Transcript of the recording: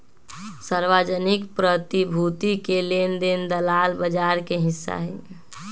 सार्वजनिक प्रतिभूति के लेन देन दलाल बजार के हिस्सा हई